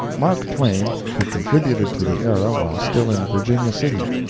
mark twain had contributed to the era while still in virginia city,